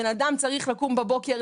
בן אדם צריך לקום בבוקר,